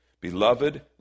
Beloved